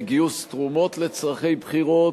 לגיוס תרומות לצורכי בחירות,